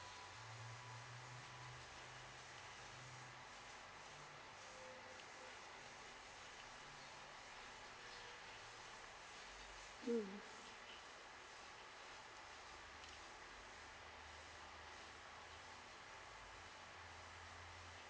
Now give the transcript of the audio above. mm mm